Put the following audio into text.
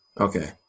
Okay